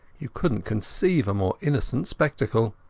you couldnat conceive a more innocent spectacle.